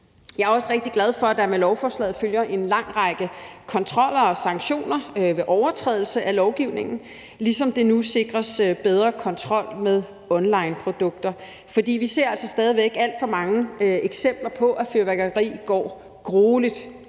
Jeg er også rigtig glad for, at der med lovforslaget følger en lang række kontroller og sanktioner ved overtrædelse af lovgivningen, ligesom der nu sikres bedre kontrol med onlineprodukter. For vi ser altså stadig væk alt for mange eksempler på, at det går gruelig